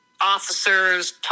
officers